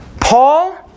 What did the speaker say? Paul